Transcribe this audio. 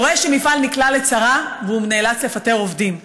קורה שמפעל נקלע לצרה והוא נאלץ לפטר עובדים.